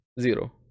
Zero